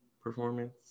performance